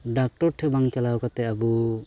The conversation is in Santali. ᱰᱟᱠᱛᱚᱨ ᱴᱷᱮᱱ ᱵᱟᱝ ᱪᱟᱞᱟᱣ ᱠᱟᱛᱮᱫ ᱟᱵᱚ